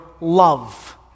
love